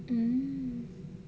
mm